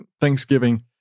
Thanksgiving